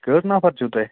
کٔژ نَفر چھُو تۄہہِ